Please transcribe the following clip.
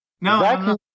no